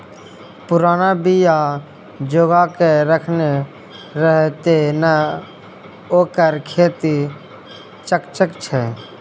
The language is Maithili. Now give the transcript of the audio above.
पुरना बीया जोगाकए रखने रहय तें न ओकर खेती चकचक छै